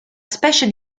specie